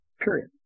Period